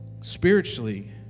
spiritually